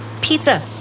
Pizza